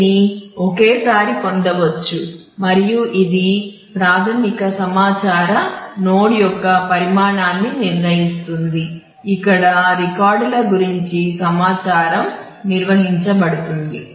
వీటిని ఒకేసారి పొందవచ్చు మరియు ఇది ప్రాథమిక సమాచార నోడ్ల గురించి సమాచారం నిర్వహించబడుతుంది